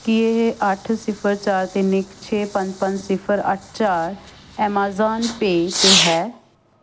ਕੀ ਇਹ ਅੱਠ ਸਿਫਰ ਚਾਰ ਤਿੰਨ ਇੱਕ ਛੇ ਪੰਜ ਪੰਜ ਸਿਫਰ ਅੱਠ ਚਾਰ ਐਮਾਜ਼ਾਨ ਪੇ 'ਤੇ ਹੈ